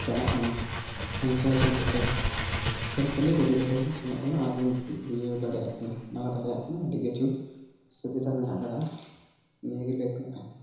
ᱪᱟᱞᱟᱜ ᱠᱟᱱᱟ ᱦᱟᱱᱛᱮ ᱥᱮ ᱱᱚᱛᱮ ᱮᱠᱷᱮᱱ ᱠᱷᱟᱹᱞᱤ ᱜᱟᱹᱰᱤ ᱠᱚᱛᱮ ᱵᱚᱱ ᱥᱮᱱᱚᱜ ᱠᱟᱱᱟ ᱟᱨ ᱵᱚᱱ ᱤᱭᱟᱹ ᱫᱟᱲᱮᱭᱟᱜ ᱠᱟᱱᱟ ᱫᱟᱬᱟ ᱫᱟᱲᱮᱭᱟᱜ ᱠᱟᱱᱟ ᱟᱹᱰᱤ ᱠᱤᱪᱷᱩ ᱥᱩᱵᱤᱫᱷᱟ ᱢᱮᱱᱟᱜ ᱠᱟᱫᱟ ᱱᱤᱭᱟᱹᱜᱮ ᱞᱟᱹᱭ ᱛᱮᱱᱟᱜ ᱛᱟᱦᱮᱸ ᱠᱟᱱᱟ